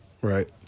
Right